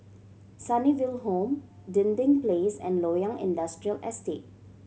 Sunnyville Home Dinding Place and Loyang Industrial Estate